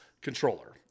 controller